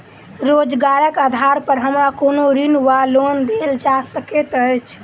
रोजगारक आधार पर हमरा कोनो ऋण वा लोन देल जा सकैत अछि?